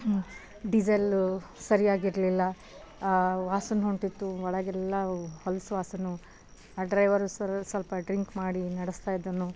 diesel ಸರಿಯಾಗಿರಲಿಲ್ಲ ವಾಸನೆ ಹೊಂಟಿತ್ತು ಒಳಗೆಲ್ಲ ಹೊಲಸು ವಾಸನೆ ಆ ಡ್ರೈವರು ಸ್ವಲ್ಪ ಡ್ರಿಂಕ್ ಮಾಡಿ ನಡೆಸ್ತಾಯಿದ್ದನು